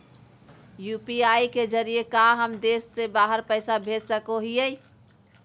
UPI के जरिए का हम देश से बाहर पैसा भेज सको हियय?